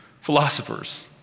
philosophers